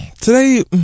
Today